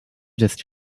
just